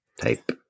type